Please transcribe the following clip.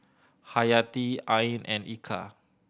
Hayati Ain and Eka